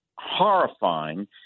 horrifying